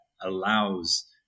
allows